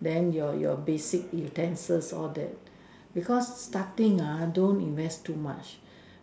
then your your basic utensils all that because starting ah don't invest too much